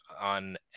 on